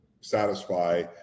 satisfy